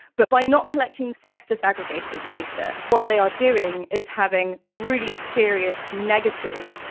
but by not collecting sex desegregated data, what they are doing is having really serious, negative,